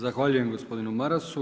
Zahvaljujem gospodinu Marasu.